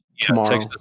tomorrow